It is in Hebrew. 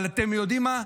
אבל אתם יודעים מה?